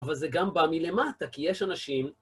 אבל זה גם בא מלמטה, כי יש אנשים...